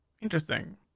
interesting